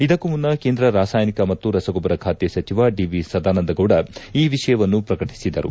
ಇದಕ್ಕೂ ಮುನ್ನ ಕೇಂದ್ರ ರಾಸಾಯನಿಕ ಮತ್ತು ರಸಗೊಬ್ಲರ ಖಾತೆ ಸಚಿವ ಡಿ ವಿ ಸದಾನಂದ ಗೌಡ ಈ ವಿಷಯವನ್ನು ಪ್ರಕಟಿಸಿದರು